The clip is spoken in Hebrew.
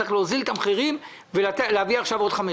צריך להוזיל את המחירים ולהביא עכשיו עוד 15